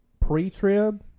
pre-trib